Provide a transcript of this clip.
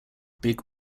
big